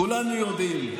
כולנו יודעים,